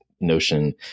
notion